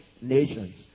nations